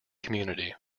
community